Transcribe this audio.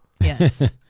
Yes